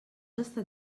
estat